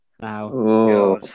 Now